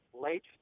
Late